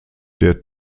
der